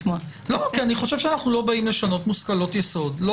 כי אני חושב שאנו לא באים לשנות מושכלות יסוד לא